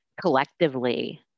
collectively